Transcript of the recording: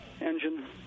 engine